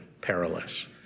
perilous